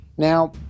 Now